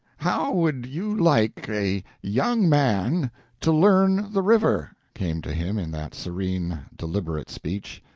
how would you like a young man to learn the river? came to him in that serene, deliberate speech.